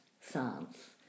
science